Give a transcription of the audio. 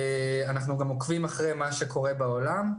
אנחנו גם עוקבים אחרי מה שקורה בעולם,